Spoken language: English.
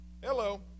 Hello